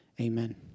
Amen